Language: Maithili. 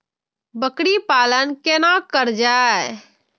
बकरी पालन केना कर जाय?